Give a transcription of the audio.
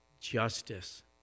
justice